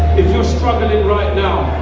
if you're struggling right now.